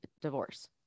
divorce